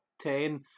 ten